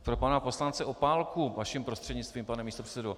Pro pana poslance Opálku vaším prostřednictvím, pane místopředsedo.